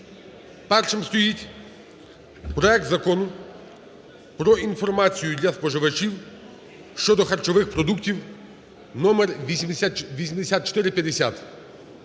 Першим стоїть проект Закону про інформацію для споживачів щодо харчових продуктів (№ 8450).